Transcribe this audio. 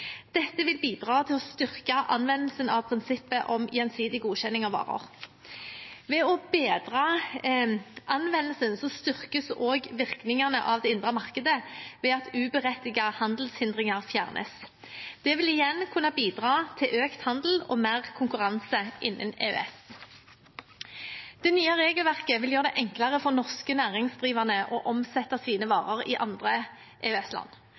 Dette vil bidra til å styrke anvendelsen av prinsippet om gjensidig godkjenning av varer. Ved å bedre anvendelsen styrkes også virkningene av det indre markedet ved at uberettigede handelshindringer fjernes. Det vil igjen kunne bidra til økt handel og mer konkurranse innen EØS. Det nye regelverket vil gjøre det enklere for norske næringsdrivende å omsette sine varer i andre